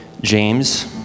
James